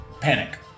panic